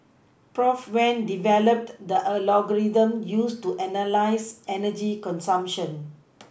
Prof wen developed the algorithm used to analyse energy consumption